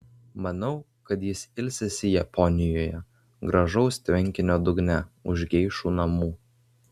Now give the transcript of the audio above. manau kad jis ilsisi japonijoje gražaus tvenkinio dugne už geišų namų